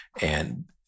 and-